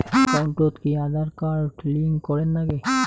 একাউন্টত কি Aadhaar card link করের নাগে?